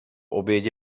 obědě